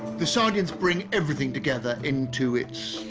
the sardians bring everything together into its